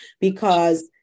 because-